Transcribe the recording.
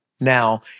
Now